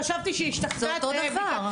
חשבתי שהשתכנעת --- זה אותו דבר.